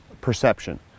perception